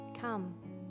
Come